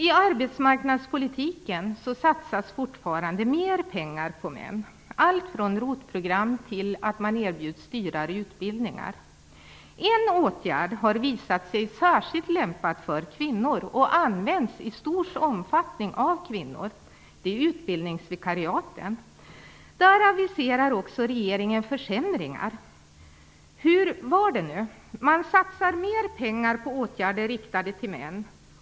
I arbetsmarknadspolitiken satsas det fortfarande mera pengar på män. Det gäller allt från ROT program till erbjudanden om dyrare utbildningar. En åtgärd har visat sig vara särskilt lämpad för kvinnor och den används också i stor omfattning av kvinnor. Det gäller utbildningsvikariaten. Också där aviserar regeringen försämringar. Hur var det nu? Man satsar mera pengar på åtgärder riktade till män.